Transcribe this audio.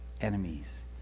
Enemies